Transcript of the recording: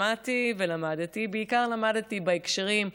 שמעתי ולמדתי, בעיקר למדתי בהקשרים,